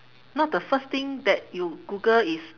no the first thing that you google is